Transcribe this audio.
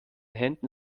händen